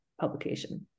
publication